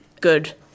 good